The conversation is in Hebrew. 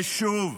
ושוב,